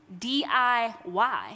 DIY